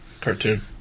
cartoon